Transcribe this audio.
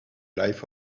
life